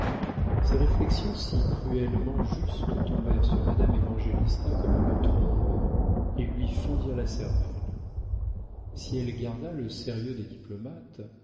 ces réflexions si cruellement justes tombèrent sur madame évangélista comme une trombe et lui fendirent la cervelle si elle garda le sérieux des diplomates